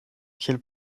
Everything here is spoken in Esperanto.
kiel